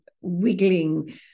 wiggling